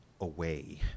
away